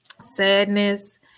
sadness